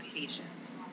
patients